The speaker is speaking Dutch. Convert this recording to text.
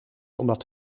omdat